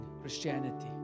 Christianity